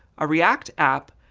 a react app,